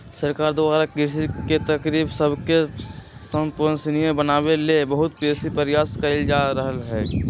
सरकार द्वारा कृषि के तरकिब सबके संपोषणीय बनाबे लेल बहुत बेशी प्रयास कएल जा रहल हइ